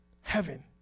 heaven